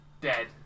dead